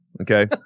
Okay